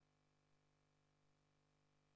הישיבה הישיבה הבאה